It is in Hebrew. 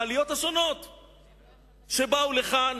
העליות שבאו לכאן.